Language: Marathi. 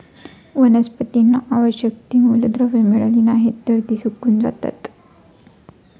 वनस्पतींना आवश्यक ती मूलद्रव्ये मिळाली नाहीत, तर ती सुकून जातात